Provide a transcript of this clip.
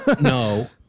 No